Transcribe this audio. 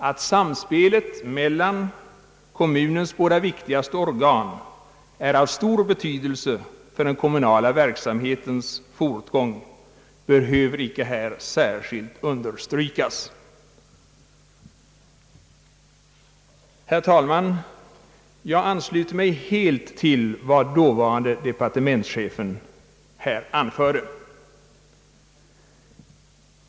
Att samspelet mellan kommunens båda viktigaste organ är av stor betydelse för den kommunala verksamhetens fortgång behöver icke här särskilt understrykas.» Herr talman! Jag ansluter mig helt till vad dåvarande departementschefen här anförde.